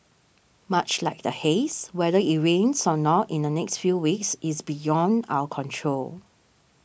much like the haze whether it rains or not in the next few weeks is beyond our control